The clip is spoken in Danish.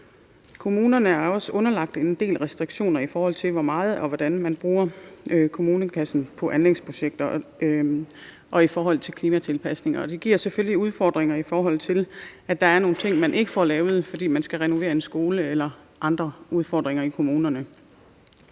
Kommunerne er også underlagt en del restriktioner, i forhold til hvor meget og hvordan man bruger kommunekassen på anlægsprojekter og i forhold til klimatilpasninger, og det giver selvfølgelig udfordringer, fordi der er nogle ting, man ikke får lavet, fordi man skal renovere en skole eller har andre udfordringer i kommunerne.